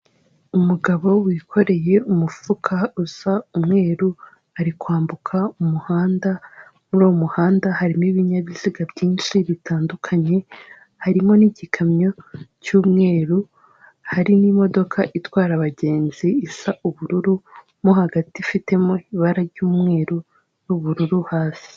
Umugabo wikoreye umufuka usa umweru ari kwambuka umuhanda, muri uwo muhanda harimo ibinyabiziga byinshi bitandukanye, harimo n'igikamyo cy'umweru, hari n'imodoka itwara abagenzi isa ubururu mo hagati ifitemo ibara ry'umweru n'ubururu hasi.